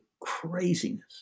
craziness